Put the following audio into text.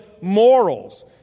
morals